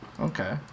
okay